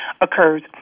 occurs